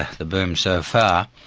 the boom so far,